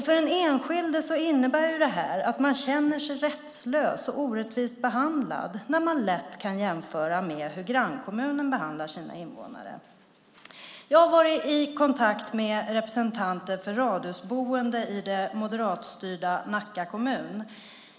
För den enskilde innebär detta att man känner sig rättslös och orättvist behandlad när man kan jämföra med hur grannkommunen behandlar sina invånare. Jag har varit i kontakt med representanter för radhusboende i det moderatstyrda Nacka kommun.